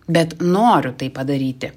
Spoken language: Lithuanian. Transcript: bet noriu tai padaryti